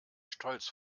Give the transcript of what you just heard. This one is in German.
stolz